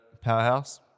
Powerhouse